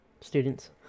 students